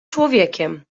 człowiekiem